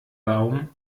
baum